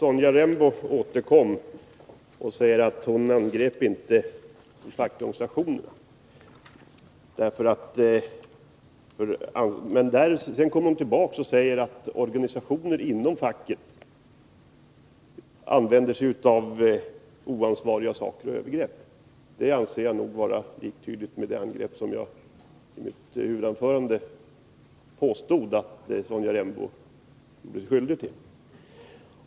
Herr talman! Sonja Rembo säger att hon inte angrep de fackliga organisationerna, men så kommer hon tillbaka och menar att organisationer inom facket utför oansvariga handlingar och övergrepp. Det anser jag vara liktydigt med det angrepp som jag i mitt huvudanförande påstod att hon gjorde sig skyldig till.